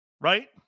right